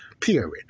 period